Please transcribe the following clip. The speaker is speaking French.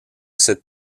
cette